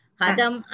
Hadam